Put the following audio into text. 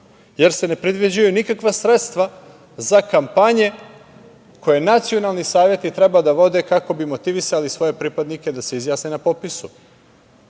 jer se ne predviđaju nikakva sredstva za kampanje koje nacionalni saveti treba da vode kako bi motivisali svoje pripadnike da se izjasne na popisu.